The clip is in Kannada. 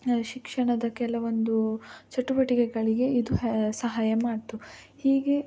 ಶಿಕ್ಷಣದ ಕೆಲವೊಂದು ಚಟುವಟಿಕೆಗಳಿಗೆ ಇದು ಹೆ ಸಹಾಯ ಮಾಡಿತು ಹೀಗೆ